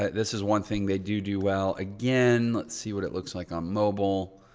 ah this is one thing they do do well. again, let's see what it looks like on mobile.